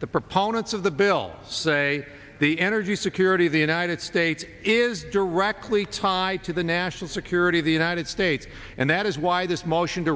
the proponents of the bill say the energy security of the united states is directly tied to the national security of the united states and that is why this motion to